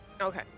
Okay